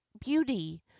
BEAUTY